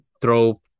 throw